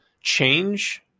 change